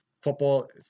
Football